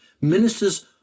Ministers